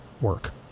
work